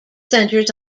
centers